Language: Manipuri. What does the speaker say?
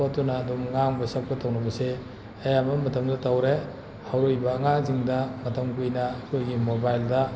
ꯈꯣꯠꯇꯨꯅ ꯑꯗꯨꯝ ꯉꯥꯡꯕ ꯁꯛꯄ ꯇꯧꯅꯕꯁꯦ ꯑꯌꯥꯝꯕ ꯃꯇꯝꯗ ꯇꯧꯔꯦ ꯍꯧꯔꯛꯏꯕ ꯑꯉꯥꯡꯁꯤꯡꯗ ꯃꯇꯝ ꯀꯨꯏꯅ ꯑꯩꯈꯣꯏꯒꯤ ꯃꯣꯕꯥꯏꯜꯗ